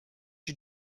you